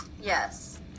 yes